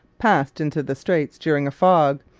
passed into the straits during a fog,